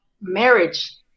marriage